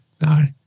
No